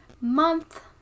month